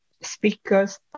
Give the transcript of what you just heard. speakers